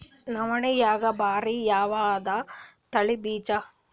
ನವಣಿಯಾಗ ಭಾರಿ ಯಾವದ ತಳಿ ಬೀಜ?